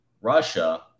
Russia